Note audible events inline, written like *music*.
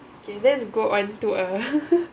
okay let's go on to uh *laughs*